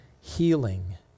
healing